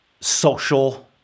social